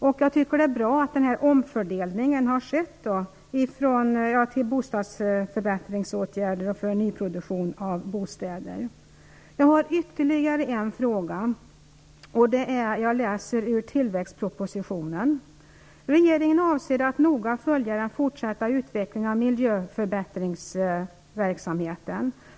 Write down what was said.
Jag tycker därför att det är bra att den här omfördelningen till bostadsförbättringsåtgärder och nyproduktion av bostäder har skett. I tillväxtpropositionen står det: Regeringen avser att noga följa den fortsatta utvecklingen av miljöförbättringsverksamheten.